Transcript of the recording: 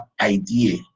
idea